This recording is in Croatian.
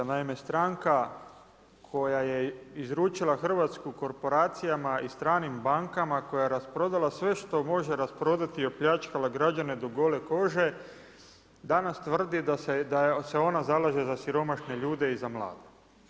Naime stranka koja je izručila Hrvatsku korporacijama i stranim bankama, koja je rasprodala sve što može rasprodati i opljačkala građane do gole kože, danas tvrdi da se ona zalaže za siromašne ljude i za mlade.